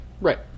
Right